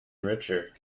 richer